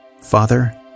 Father